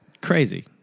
Crazy